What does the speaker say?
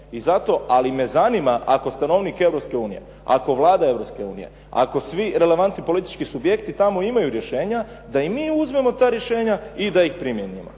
građanin ali me zanima ako stanovnik Europske unije, ako Vlada Europske unije, ako svi relevantni politički subjekti tamo imaju rješenja da i mi uzmemo ta rješenja i da ih primijenimo,